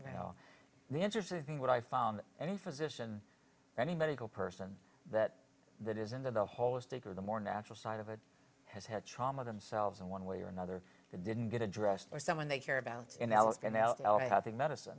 you know the interesting thing what i found any physician or any medical person that that is into the holistic or the more natural side of it has had trauma themselves in one way or another it didn't get addressed or someone they care about i